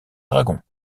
dragons